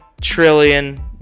trillion